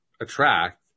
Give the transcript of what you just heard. attract